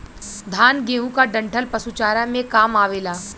धान, गेंहू क डंठल पशु चारा में काम आवेला